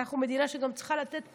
אנחנו מדינה שצריכה לתת תנאים,